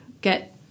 get